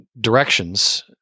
directions